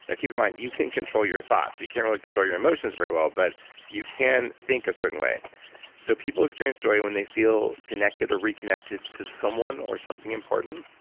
and keep in mind, you can control your thoughts, you can't really control your emotions very well, but you can think a certain way so people experience joy when they feel connected or reconnected to someone or something important.